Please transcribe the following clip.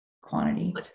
quantity